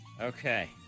Okay